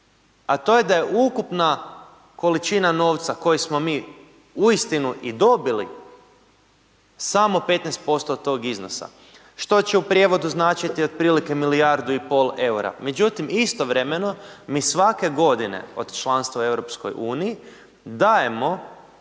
a to je da je ukupna količina novca koju smo mi uistinu i dobili samo 15% od tog iznosa, što će u prijevodu značiti milijardu i pol EUR-a. Međutim istovremeno mi svake godine od članstva u EU dajemo